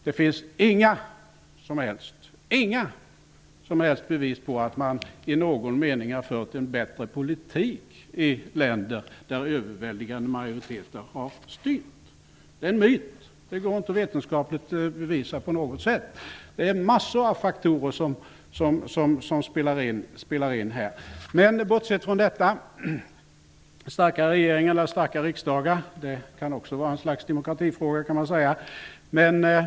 Det finns inga som helst bevis på att man i någon mening har fört en bättre politik i länder där överväldigande majoriteter har styrt. Det är en myt; det går inte på något sätt att vetenskapligt bevisa. Det är många faktorer som spelar in. Frågan om starkare regeringar eller riksdagar kan vara ett slags demokratifråga.